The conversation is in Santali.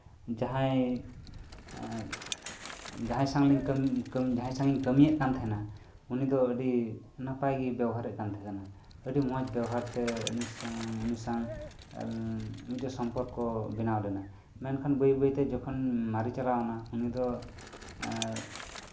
ᱡᱟᱦᱟᱸᱭ ᱡᱟᱦᱟᱸᱭ ᱥᱟᱣᱤᱧ ᱠᱟᱹᱢᱤᱭᱮᱫ ᱠᱟᱱ ᱛᱟᱦᱮᱱᱟ ᱩᱱᱤ ᱫᱚ ᱟᱹᱰᱤ ᱱᱟᱯᱟᱭ ᱜᱮ ᱵᱮᱵᱚᱦᱟᱨ ᱮᱫ ᱠᱟᱱ ᱛᱟᱦᱮᱱᱟ ᱟᱹᱰᱤ ᱢᱚᱸᱡ ᱵᱮᱵᱚᱦᱟᱨ ᱛᱮ ᱟᱹᱞᱤᱧ ᱥᱟᱶ ᱢᱤᱫᱴᱮᱱ ᱥᱚᱢᱯᱚᱨᱠᱚ ᱵᱮᱱᱟᱣ ᱞᱮᱱᱟ ᱢᱮᱱᱠᱷᱟᱱ ᱵᱟᱹᱭ ᱵᱟᱹᱭᱛᱮ ᱡᱚᱠᱷᱚᱱ ᱢᱟᱨᱮ ᱪᱟᱞᱟᱣ ᱮᱱᱟ ᱩᱱᱤ ᱫᱚ